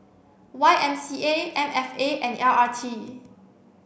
Y M C A M F A and L R T